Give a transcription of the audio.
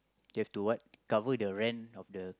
you have to what cover the rent of the